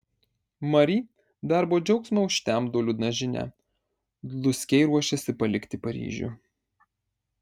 mari darbo džiaugsmą užtemdo liūdna žinia dluskiai ruošiasi palikti paryžių